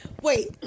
Wait